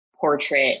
portrait